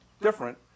different